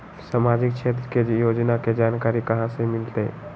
सामाजिक क्षेत्र के योजना के जानकारी कहाँ से मिलतै?